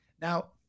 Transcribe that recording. now